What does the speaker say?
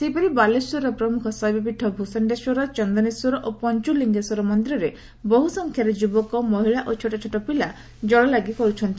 ସେହିପରି ବାଲେଶ୍ୱରର ପ୍ରମୁଖ ଶୈବପୀଠ ଭୃଷଣେଶ୍ୱର ଚନ୍ଦନେଶ୍ୱର ଓ ପଞ୍ଚୁଲିଙେଶ୍ୱର ମନିରରେ ବହୁ ସଂଖ୍ୟାରେ ଯୁବକ ମହିଳା ଓ ଛୋଟ ଛୋଟ ପିଲା ଜଳଲାଗି କରୁଛନ୍ତି